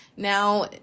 Now